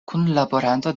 kunlaboranto